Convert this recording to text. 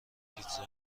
پیتزا